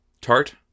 Tart